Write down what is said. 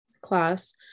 class